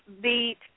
beat